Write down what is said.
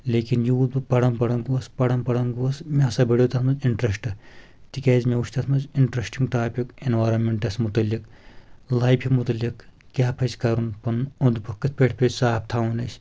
لیکِن یوٗت بہٕ پَران پَران گوس پَران پَران گوس مےٚ ہسا بٔڑیو تتھ منٛز اِنٹریٚسٹہٕ تِکیازِ مےٚ وُچھ تتھ منٛز اِنٹرسٹنٛگ ٹاپِک ایٚنوارمیٚنٹس مُتعلق لایفہِ مُتعلق کیاہ پَزِ کرُن پنُن اوٚنٛد پوٚکۍ کٕتھ پٲٹھۍ پَزِ صاف تھاوُن اَسہِ